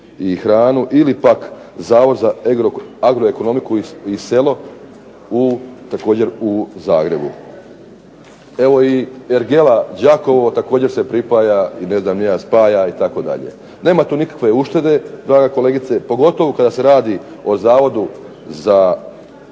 i hranu ili pak Zavod za agro-ekonomiku i selo također u Zagrebu. Evo i Ergela Đakovo također se pripaja i ne znam ni ja spaja itd. Nema tu nikakve uštede draga kolegice pogotovo kada se radi o Zavodu za